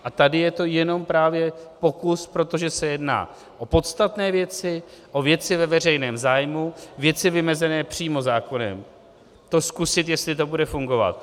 A tady je to právě jenom pokus, protože se jedná o podstatné věci, o věci ve veřejném zájmu, věci vymezené přímo zákonem, zkusit, jestli to bude fungovat.